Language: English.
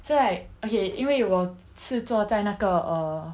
so right 因为我就坐在那个 err